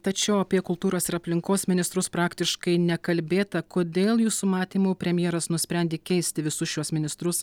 tačiau apie kultūros ir aplinkos ministrus praktiškai nekalbėta kodėl jūsų matymu premjeras nusprendė keisti visus šiuos ministrus